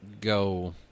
go